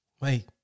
Wait